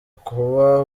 kuba